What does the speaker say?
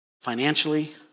financially